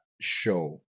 show